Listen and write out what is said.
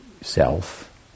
self